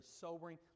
sobering